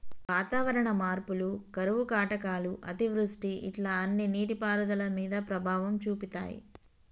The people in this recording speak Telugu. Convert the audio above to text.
వాతావరణ మార్పులు కరువు కాటకాలు అతివృష్టి ఇట్లా అన్ని నీటి పారుదల మీద ప్రభావం చూపితాయ్